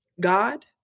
God